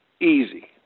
easy